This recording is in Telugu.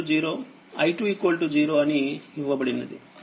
చిత్రం a నుండిi10 i20 అని ఇవ్వబడినది